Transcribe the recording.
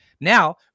Now